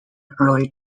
early